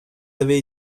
avez